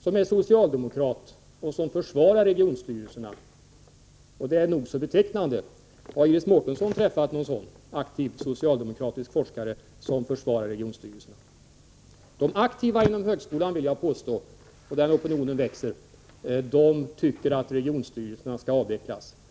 som är socialdemokrat och som försvarar regionstyrelserna, och det är nog så betecknande. Har Iris Mårtensson träffat någon aktiv socialdemokratisk forskare som försvarar regionstyrelserna? Jag vill påstå att de aktiva inom högskolan tycker att regionstyrelserna skall avvecklas — och den opinionen växer.